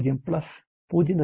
800 0